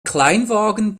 kleinwagen